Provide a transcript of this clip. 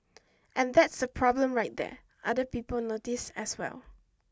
and that's the problem right there other people notice as well